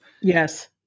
Yes